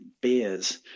beers